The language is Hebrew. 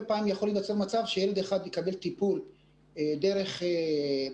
פעמים יכול להיווצר מצב שילד אחד יקבל טיפול דרך בתי